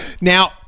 now